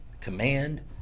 command